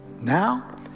now